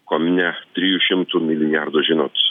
kone trijų šimtų milijardų žinot